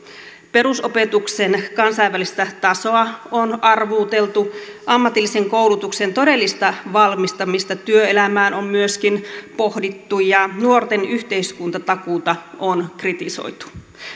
perusopetuksen kansainvälistä tasoa on arvuuteltu ammatillisen koulutuksen todellista valmistamista työelämään on myöskin pohdittu ja nuorten yhteiskuntatakuuta on kritisoitu